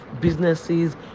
businesses